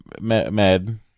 med